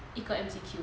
一个 M_C_Q